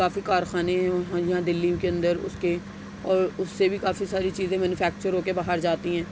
کافی کارخانے ہیں وہاں یہاں دلّی کے اندر اس کے اور اس سے بھی کافی ساری چیزیں مینوفیکچر ہو کے باہر جاتی ہیں